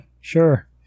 sure